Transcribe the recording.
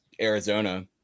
Arizona